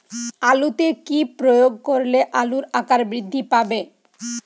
আলুতে কি প্রয়োগ করলে আলুর আকার বৃদ্ধি পাবে?